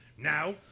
Now